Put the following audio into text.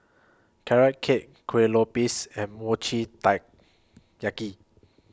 Carrot Cake Kueh Lopes and Mochi Taiyaki